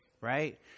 Right